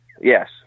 Yes